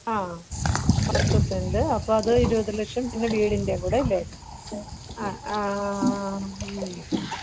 ആ പത്ത് സെൻറ്റ് അപ്പം അത് ഇരുപത് ലക്ഷം പിന്നെ വീടിൻന്റേം കൂടെ അല്ലേ ആ